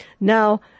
Now